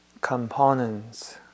components